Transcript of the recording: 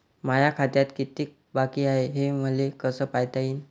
माया खात्यात कितीक बाकी हाय, हे मले कस पायता येईन?